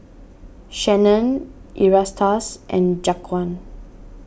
Shanon Erastus and Jaquan